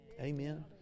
Amen